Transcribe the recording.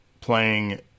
Playing